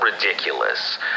ridiculous